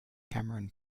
cameron